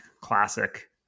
classic